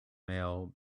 male